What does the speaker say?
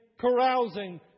carousing